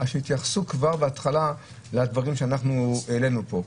שיתייחסו כבר בהתחלה לדברים שאנחנו העלינו פה,